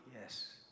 yes